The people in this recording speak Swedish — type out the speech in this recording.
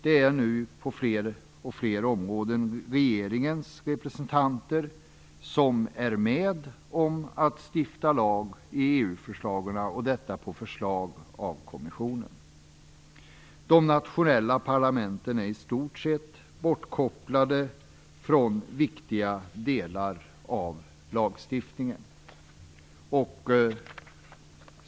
På allt fler områden är regeringens representanter med om att stifta lagar i fråga om EU-förslagen; detta på förslag av kommissionen. De nationella parlamenten är i stort sett bortkopplade från viktiga delar av lagstiftningen.